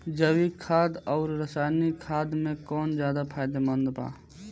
जैविक खाद आउर रसायनिक खाद मे कौन ज्यादा फायदेमंद बा?